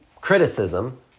criticism